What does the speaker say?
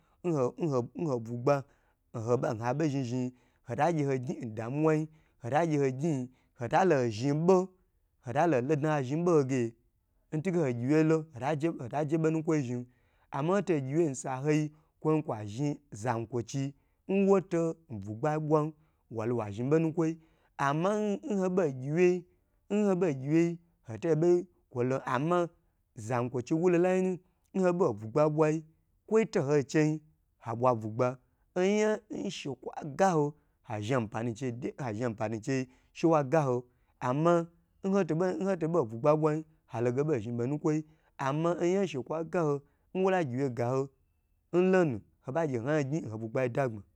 Nho nho bugba nhabo zhi zhi hotagye ho gyn ndamuwayi hotagye hogn hotota lo ho zhi bo hotalo ho lo dna ha zhn boho ge ntige hogyi wye lo hotag hotaje bonukwo yi zhi ama nhotogyi wyei nsahoi kwon kwa zhi zan kwo chi nwo ta bugba bwa walo wa zhn bonukwo ama nhobo gyi wye nhobogyi wye hotage bo kwo lo ama zankwochi wulolayinu kwo to hoi chei abwa bugba oyan shekwogho a zhampani chede ha zhanp aniche ama nho tobo bugba bwan holo ge hobo zhi bonukwo ama oyan shekwaga nwe lagye gaho hoba ge ohoya gn nda gbma